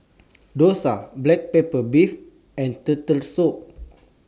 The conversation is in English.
Dosa Black Pepper Beef and Turtle Soup